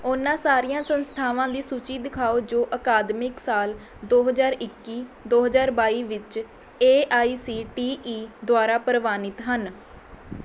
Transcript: ਉਹਨਾਂ ਸਾਰੀਆਂ ਸੰਸਥਾਵਾਂ ਦੀ ਸੂਚੀ ਦਿਖਾਓ ਜੋ ਅਕਾਦਮਿਕ ਸਾਲ ਦੋੋ ਹਜ਼ਾਰ ਇੱਕੀ ਦੋ ਹਜ਼ਾਰ ਬਾਈ ਵਿੱਚ A I C T E ਦੁਆਰਾ ਪ੍ਰਵਾਨਿਤ ਹਨ